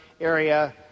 area